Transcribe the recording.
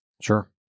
Sure